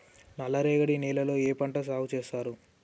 నల్లరేగడి నేలల్లో ఏ పంట సాగు చేస్తారు?